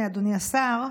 אדוני השר,